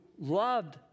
loved